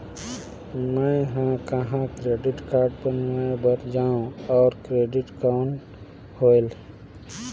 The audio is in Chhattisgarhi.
मैं ह कहाँ क्रेडिट कारड बनवाय बार जाओ? और क्रेडिट कौन होएल??